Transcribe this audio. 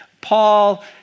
Paul